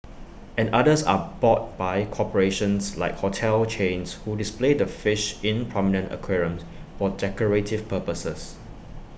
and others are bought by corporations like hotel chains who display the fish in prominent aquariums for decorative purposes